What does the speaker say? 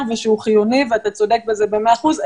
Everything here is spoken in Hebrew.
ושהוא חיוני אתה צודק בכך במאה אחוזים.